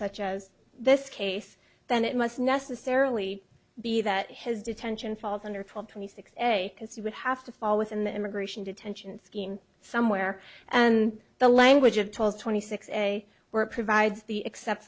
such as this case then it must necessarily be that his detention falls under prop twenty six a because he would have to fall within the immigration detention skiing somewhere and the language of tolls twenty six say where provides the except